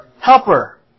helper